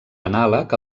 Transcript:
anàleg